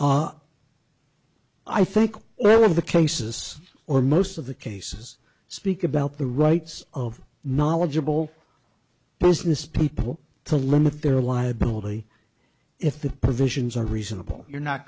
are i think well of the cases or most of the cases speak about the rights of knowledgeable business people to limit their liability if the provisions are reasonable you're not